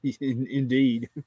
indeed